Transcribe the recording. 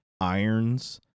irons